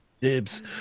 Dibs